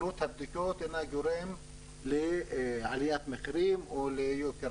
עלות הבדיקות אינה גורם לעליית מחירים או ליוקר